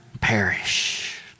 perish